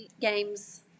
games